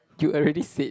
you already said